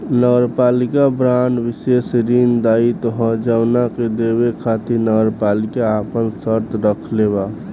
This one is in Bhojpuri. नगरपालिका बांड विशेष ऋण दायित्व ह जवना के देवे खातिर नगरपालिका आपन शर्त राखले बा